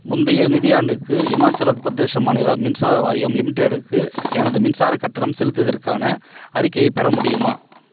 முந்தைய நிதியாண்டுக்கு இமாச்சல பிரதேச மாநில மின்சார வாரியம் லிமிடெட்டுக்கு எனது மின்சாரக் கட்டணம் செலுத்தியதற்கான அறிக்கையை பெற முடியுமா